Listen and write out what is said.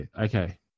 okay